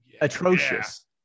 atrocious